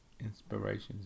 inspirations